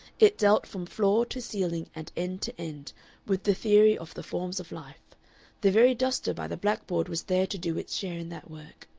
it dealt from floor to ceiling and end to end with the theory of the forms of life the very duster by the blackboard was there to do its share in that work,